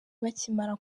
bakimara